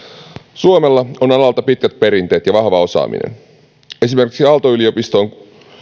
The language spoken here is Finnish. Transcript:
suomella on alalta pitkät perinteet ja vahva osaaminen esimerkiksi aalto yliopisto